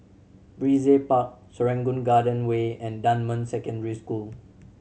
Brizay Park Serangoon Garden Way and Dunman Secondary School